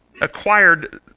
acquired